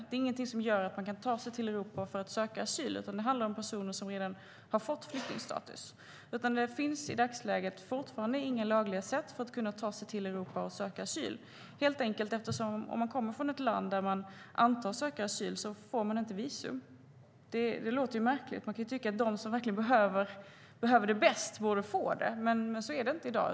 Det är ingenting som gör att man kan ta sig till Europa för att söka asyl, utan det handlar om personer som redan har fått flyktingstatus. I dagsläget finns det fortfarande inga lagliga sätt att kunna ta sig till Europa och söka asyl helt enkelt därför att om man kommer från ett land där man antas söka asyl får man inte visum. Detta låter märkligt. Man kan tycka att de som verkligen behöver det bäst borde få det. Men så är det inte i dag.